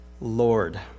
Lord